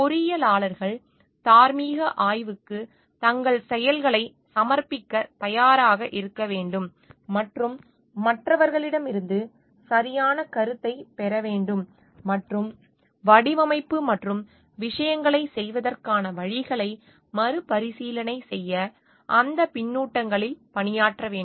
பொறியியலாளர்கள் தார்மீக ஆய்வுக்கு தங்கள் செயல்களைச் சமர்ப்பிக்கத் தயாராக இருக்க வேண்டும் மற்றும் மற்றவர்களிடமிருந்து சரியான கருத்தைப் பெற வேண்டும் மற்றும் வடிவமைப்பு மற்றும் விஷயங்களைச் செய்வதற்கான வழிகளை மறுபரிசீலனை செய்ய அந்த பின்னூட்டங்களில் பணியாற்ற வேண்டும்